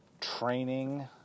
training